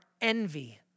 envy